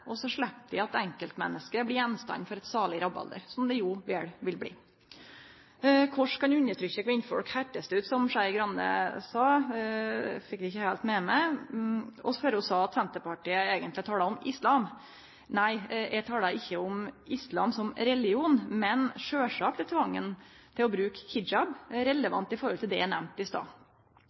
og så slepp vi at enkeltmenneske blir gjenstand for eit salig rabalder, som det jo vel vil bli. Krossen kan undertrykkje kvinnfolk, høyrdest det ut som Skei Grande sa. Eg fekk det ikkje heilt med meg – før ho sa at Senterpartiet eigentleg tala om islam. Nei, eg tala ikkje om islam som religion, men sjølvsagt er tvangen om å bruke hijab relevant i forhold til det eg nemnde i stad.